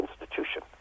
institution